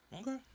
Okay